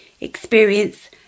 experience